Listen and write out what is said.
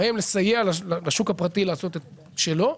בהם לסייע לשוק הפרטי לעשות את שלו.